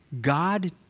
God